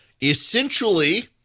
Essentially